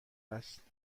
است